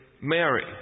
Mary